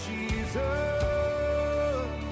Jesus